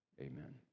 amen